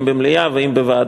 אם במליאה ואם בוועדה,